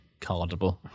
cardable